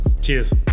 Cheers